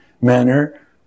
manner